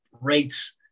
rates